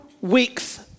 week's